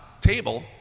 table